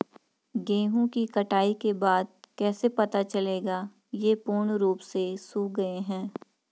गेहूँ की कटाई के बाद कैसे पता चलेगा ये पूर्ण रूप से सूख गए हैं?